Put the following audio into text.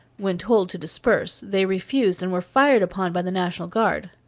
when told to disperse, they refused and were fired upon by the national guard.